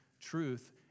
truth